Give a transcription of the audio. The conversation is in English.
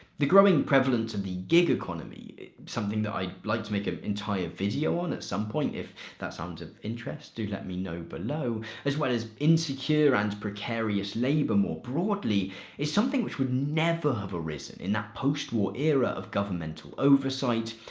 the growing prevalence of the gig economy something that i'd like to make an entire video on at some point if that sounds of interest do let me know below as well as insecure and precarious labor more broadly is something which would never have arisen in that post-war era of governmental oversight,